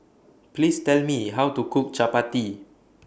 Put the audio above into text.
Please Tell Me How to Cook Chapati